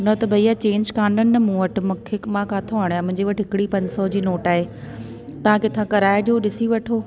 न त भईया चेंज कोन्हनि न मूं वटि मूंखे मां किथो आणिया मुंहिंजे वटि हिकिड़ी पंज सौ जी नोट आहे तव्हां किथा कराइ ॾियो ॾिसी वठो